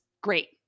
great